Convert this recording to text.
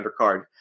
undercard